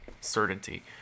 certainty